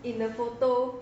in a photo